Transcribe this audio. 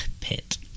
pit